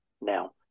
now